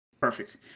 Perfect